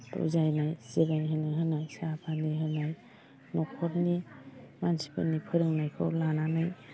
बुजायनाय जिरायहोनो होनाय साहा पानि होनाय न'खरनि मानसिफोरनि फोरोंनायखौ लानानै